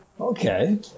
Okay